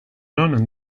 non